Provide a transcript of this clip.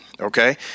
Okay